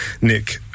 Nick